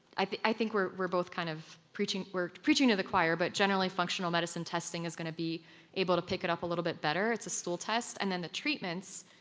i think i think we're we're both kind of. we're preaching to the choir, but generally functional medicine testing is going to be able to pick it up a little bit better, it's a stool test. and then the treatments,